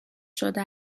شده